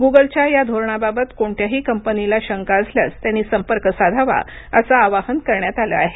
गुगलच्या या धोरणाबाबत कोणत्याही कंपनीला शंका असल्यास त्यांनी संपर्क साधावा असं आवाहन करण्यात आलं आहे